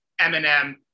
Eminem